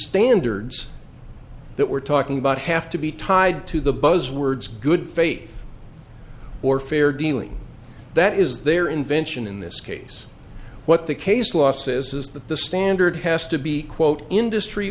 standards that we're talking about have to be tied to the buzzwords good faith or fair dealing that is their invention in this case what the case law says is that the standard has to be quote industry